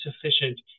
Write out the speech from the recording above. sufficient